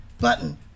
button